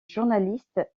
journalistes